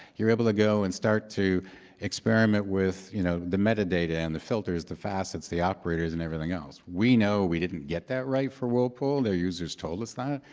you're able to go and start to experiment with you know the metadata and the filters, the facets, the operators, and everything else. we know we didn't get that right for whirlpool. their users told us that.